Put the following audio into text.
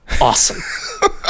awesome